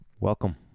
Welcome